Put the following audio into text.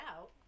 out